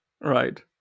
Right